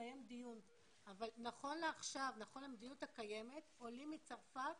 נכון לעכשיו, נכון למדיניות הקיימת, עולים מצרפת